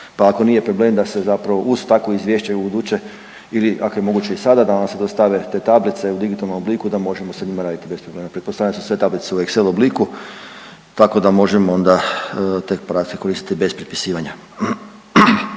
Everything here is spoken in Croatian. pa ako nije problem da se zapravo uz takvo izvješće ubuduće ili ako je moguće i sada da nam se dostave te tablice u digitalnom obliku da možemo sa njima raditi bez problema. Pretpostavljam da su sve tablice u excel obliku tako da možemo onda te podatke koristiti bez prepisivanja.